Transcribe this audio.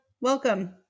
welcome